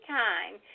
time